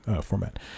format